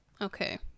Okay